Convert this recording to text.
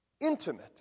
intimate